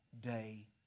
day